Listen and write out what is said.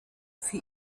für